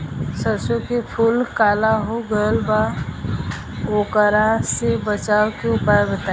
सरसों के फूल काला हो गएल बा वोकरा से बचाव के उपाय बताई?